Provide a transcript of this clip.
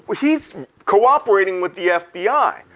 he's cooperating with the fbi.